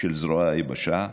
של זרוע היבשה,